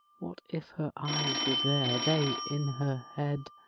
what if her eyes were there, they in her head?